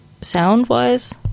sound-wise